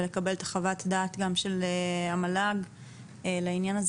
ולקבל את חוות הדעת המשפטית של המל"ג לעניין הזה